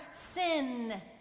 sin